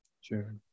Sure